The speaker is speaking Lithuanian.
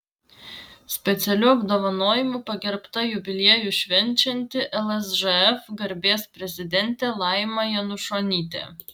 specialiu apdovanojimu pagerbta jubiliejų švenčianti lsžf garbės prezidentė laima janušonytė